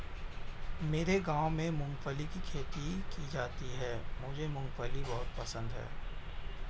मेरे गांव में मूंगफली की खेती की जाती है मुझे मूंगफली बहुत पसंद है